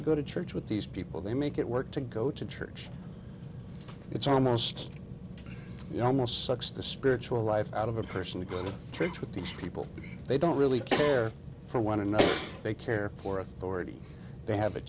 to go to church with these people they make it work to go to church it's almost you know almost sucks the spiritual life out of a person the good tricks with these people they don't really care for one another they care for authority they have a